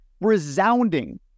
resounding